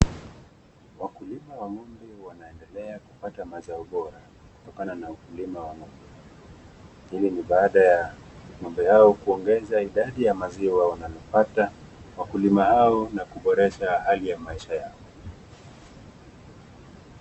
Wakulima wa ng'ombe wanaendelea kupata mazao bora kutokana na ukulima wa ng'ombe, hivi ni baada ya ng'ombe yao kuongeza idadi ya maziwa wanalopata, wakulima hao na kuboresha hali ya maisha yao.